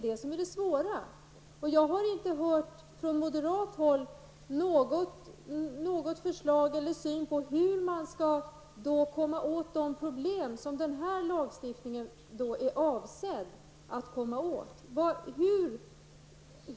Jag har från moderat håll inte hört något förslag eller någon syn på hur man skall komma åt de problem som denna lagstiftning är avsedd att komma åt.